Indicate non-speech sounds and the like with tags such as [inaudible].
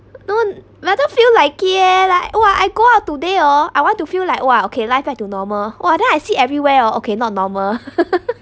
don't I don't feel like yeah like !wah! I go out today oh I want to feel like !wah! okay life back to normal !wah! then I see everywhere oh okay not normal [laughs]